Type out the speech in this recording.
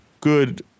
good